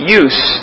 use